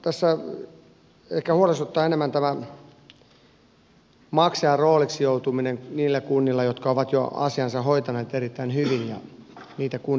minua tässä huolestuttaa ehkä enemmän se että ne kunnat jotka ovat asiansa hoitaneet jo erittäin hyvin joutuvat maksajan rooliin ja niitä kuntia on paljon